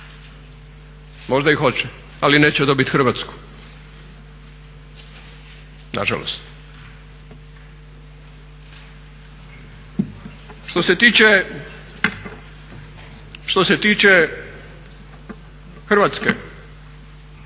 možda i hoće, ali neće dobiti Hrvatsku nažalost. Što se tiče Hrvatske,